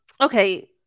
okay